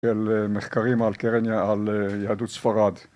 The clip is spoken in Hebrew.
‫של מחקרים על יהדות ספרד.